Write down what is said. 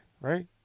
right